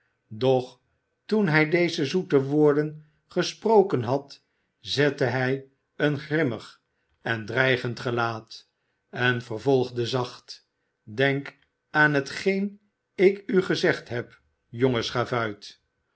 doch toen hij deze zoete woorden gesproken had zette hij een grimmig en dreigend gelaat en vervolgde zacht denk aan hetgeen ik u gezegd heb